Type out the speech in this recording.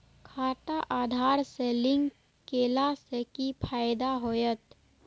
खाता आधार से लिंक केला से कि फायदा होयत?